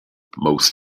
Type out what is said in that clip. most